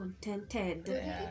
contented